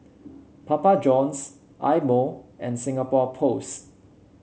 Papa Johns Eye Mo and Singapore Post